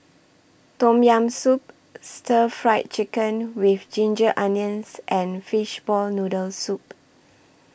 Tom Yam Soup Stir Fried Chicken with Ginger Onions and Fishball Noodle Soup